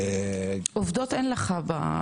עובדות אין לך.